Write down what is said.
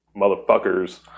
motherfuckers